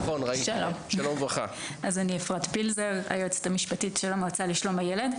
אני היועצת המשפטית של המועצה לשלום הילד,